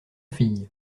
filles